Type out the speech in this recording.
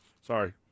Sorry